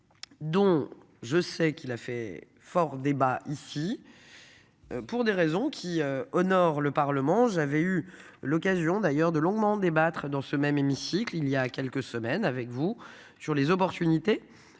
Dont je sais qu'il a fait fort débat ici. Pour des raisons qui honore le Parlement. J'avais eu l'occasion d'ailleurs de longuement débattre dans ce même hémicycle il y a quelques semaines avec vous sur les opportunités